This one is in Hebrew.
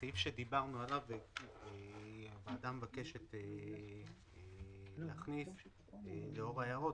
סעיף שדיברנו עליו והוועדה מבקשת להכניס לאור ההערות,